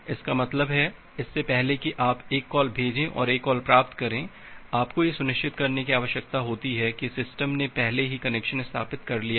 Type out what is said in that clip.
इसका मतलब है इससे पहले कि आप एक कॉल भेजें और एक कॉल प्राप्त करें आपको यह सुनिश्चित करने की आवश्यकता है कि सिस्टम ने पहले ही कनेक्शन स्थापित कर लिया है